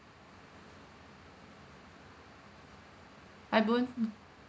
hi boon